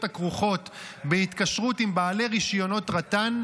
הכרוכות בהתקשרות עם בעלי רישיונות רט"ן,